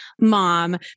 Mom